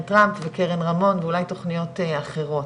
טראמפ וקרן רמון ואולי תוכניות אחרות.